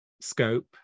scope